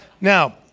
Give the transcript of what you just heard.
Now